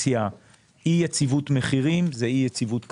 אי-יציבות מחירים זה אי-יציבות כלכלית.